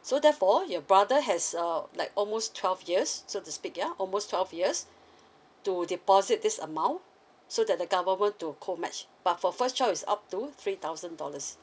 so therefore your brother has uh like almost twelve years so to speak ya almost twelve years to deposit this amount so that the government to co match but for first child is up to three thousand dollars